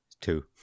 two